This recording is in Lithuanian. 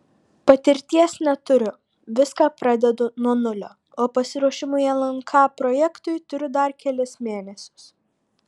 patirties neturiu viską pradedu nuo nulio o pasiruošimui lnk projektui turiu dar kelis mėnesius